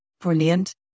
brilliant